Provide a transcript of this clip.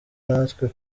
natwe